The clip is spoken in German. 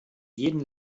jeden